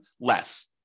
less